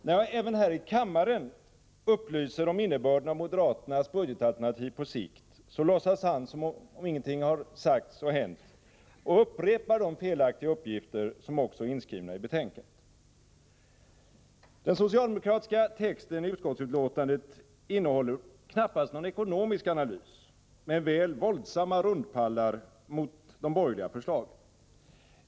När jag även här i kammaren upplyser om innebörden av moderaternas budgetalternativ på sikt, låtsas Arne Gadd som om ingenting har sagts eller hänt och upprepar de felaktiga uppgifter som är inskrivna i betänkandet. Den socialdemokratiska texten i utskottsbetänkandet innehåller knappast någon ekonomisk analys, men väl våldsamma ”rundpallar” mot de borgerliga förslagen.